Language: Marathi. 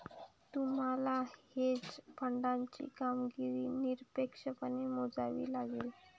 तुम्हाला हेज फंडाची कामगिरी निरपेक्षपणे मोजावी लागेल